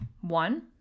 One